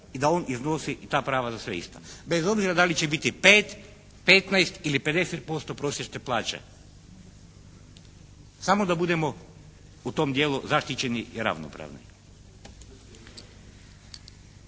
i da on iznosi i ta prava za sve ista, bez obzira da li će biti 5, 15 ili 50% prosječne plaće. Samo da budemo u tom dijelu zaštićeni i ravnopravni.